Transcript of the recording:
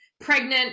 pregnant